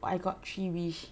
oh I got three wish